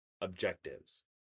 objectives